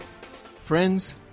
Friends